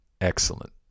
Excellent